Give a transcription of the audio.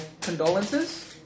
condolences